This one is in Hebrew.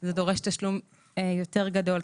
זה דורש תשלום יותר גדול.